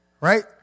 Right